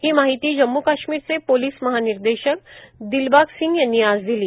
ही माहिती जम्म् काश्मीरचे पोलीस महानिदेशक दिलबाग सिंग यांनी आज दिली